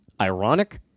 ironic